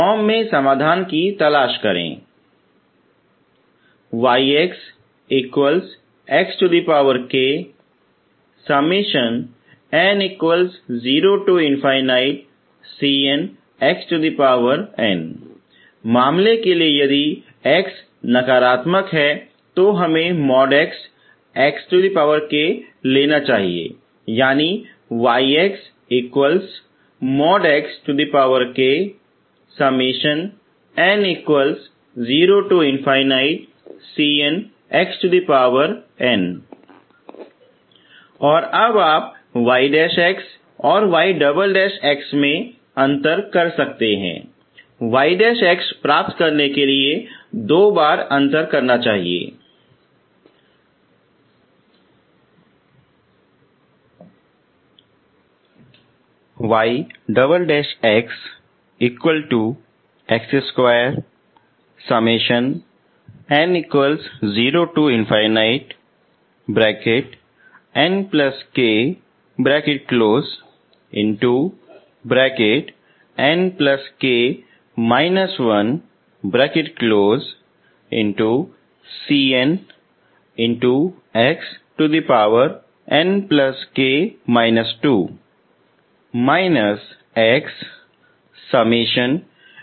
form में समाधान की तलाश करें मामले के लिए यदि x नकारात्मक है तो हमें मॉड xk लेना चाहिएयानि तो अब आप y और y में अंतर कर सकते हैं